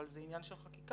אבל זה עניין של חקיקה.